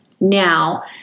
Now